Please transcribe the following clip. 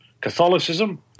Catholicism